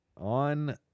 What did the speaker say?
on